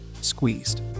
squeezed